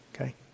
Okay